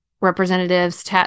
representatives